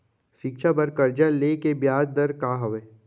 शिक्षा बर कर्जा ले के बियाज दर का हवे?